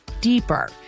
deeper